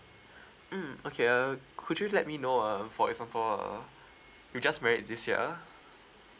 mm okay uh could you let me know um for example uh you just married in this year